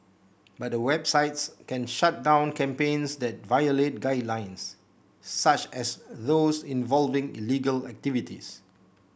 but the websites can shut down campaigns that violate guidelines such as those involving illegal activities